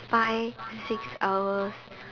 five six hours